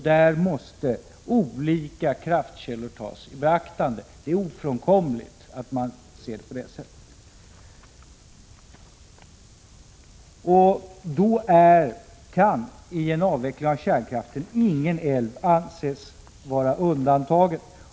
Där måste olika kraftkällor tas i beaktande — det är ofrånkomligt att se saken så. Då kan vid en avveckling av kärnkraften ingen älv anses vara undantagen.